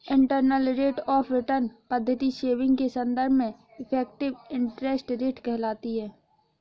internal rate of return पद्धति saving के संदर्भ में इफेक्टिव इंटरेस्ट रेट कहलाती है